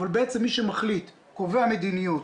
אבל בעצם מי שמחליט וקובע מדיניות,